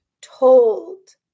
told